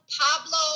Pablo